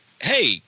hey